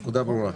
הנקודה ברורה.